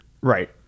Right